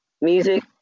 music